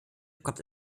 kommt